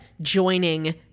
joining